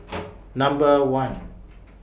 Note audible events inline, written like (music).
(noise) Number one